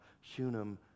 Shunem